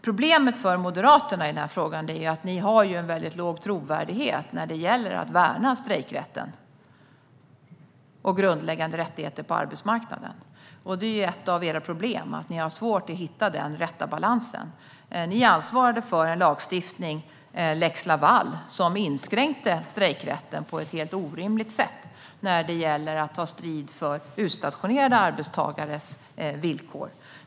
Problemet för Moderaterna i den här frågan är att man har en låg trovärdighet när det gäller att värna strejkrätten och grundläggande rättigheter på arbetsmarknaden. Det är ju ett av era problem, Christian Holm Barenfeld - att ni har svårt att hitta den rätta balansen. Ni ansvarade för en lagstiftning, lex Laval, som på ett helt orimligt sätt inskränkte strejkrätten när det gäller att ta strid för utstationerade arbetstagares villkor.